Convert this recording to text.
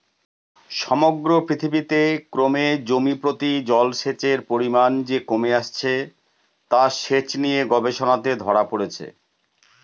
সমগ্র পৃথিবীতে ক্রমে জমিপ্রতি জলসেচের পরিমান যে কমে আসছে তা সেচ নিয়ে গবেষণাতে ধরা পড়েছে